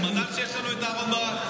מזל שיש לנו אהרן ברק.